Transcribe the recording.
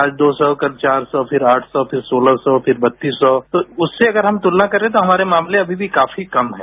आज दो सौ कल चार सौ फिर आठ सौ फिर सोलह सौ फिर बत्तीस सौ तो उससे अगर हम तुलना करें तो हमारे मामले अमी भी काफी कम हैं